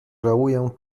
żałuję